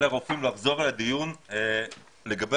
לגבי